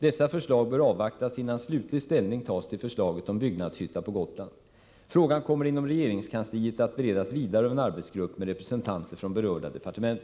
Dessa förslag bör avvaktas innan slutlig ställning tas till förslaget om byggnadshytta på Gotland. Frågan kommer inom regeringskansliet att beredas vidare av en arbetsgrupp med representanter från berörda departement.